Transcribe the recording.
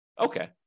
Okay